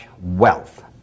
wealth